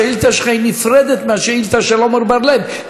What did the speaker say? השאילתה שלך היא נפרדת מהשאילתה של עמר בר-לב,